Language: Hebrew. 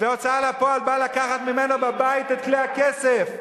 והוצאה לפועל באה לקחת ממנו בבית את כלי הכסף.